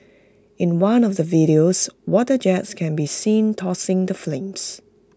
in one of the videos water jets can be seen dousing the flames